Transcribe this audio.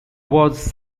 was